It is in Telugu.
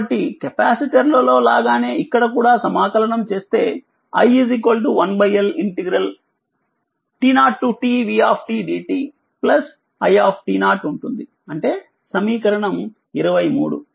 కాబట్టి కెపాసిటర్లలో లాగానే ఇక్కడ కూడా సమాకలనం చేస్తే i 1Lt0tv dt i ఉంటుందిఅంటే సమీకరణం23